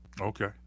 Okay